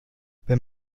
wenn